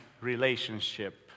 relationship